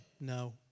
No